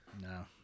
No